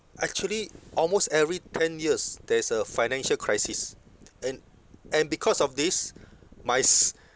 actually almost every ten years there's a financial crisis and and because of this my